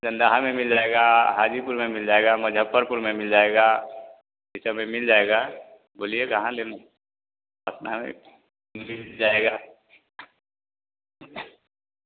जंदहा में मिल जाएगा हाजीपुर में मिल जाएगा मजफ्फरपुर में मिल जाएगा यह सबमें मिल जाएगा बोलिए कहाँ लेंगे पटना में मिल जाएगा